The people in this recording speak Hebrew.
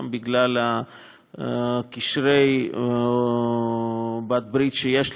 גם בגלל קשרי הברית שיש לנו,